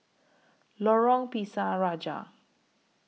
Lorong Pisang Raja